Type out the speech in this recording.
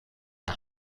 der